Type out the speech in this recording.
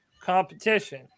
competition